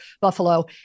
Buffalo